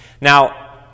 Now